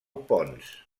pons